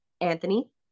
Anthony